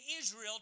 Israel